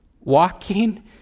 walking